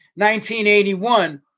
1981